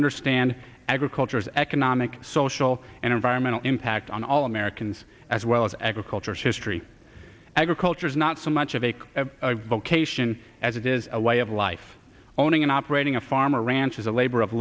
understand agriculture as economic social and environmental impact on all americans as well as agricultural history agriculture is not so much of a vocation as it is a way of life owning and operating a farm or ranch is a labor of